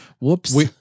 Whoops